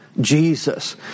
Jesus